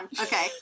Okay